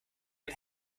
and